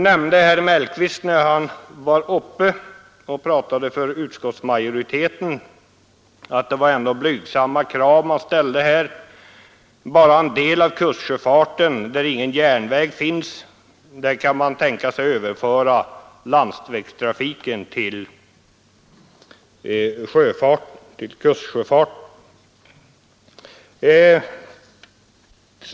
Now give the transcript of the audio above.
Herr Mellqvist, som talade för utskottsmajoriteten, nämnde att det var blygsamma krav man ställde; bara till den del där ingen järnväg finns kan man tänka sig att överföra landsvägstrafiken till kustsjöfarten.